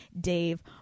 Dave